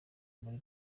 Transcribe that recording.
muri